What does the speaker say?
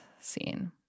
scene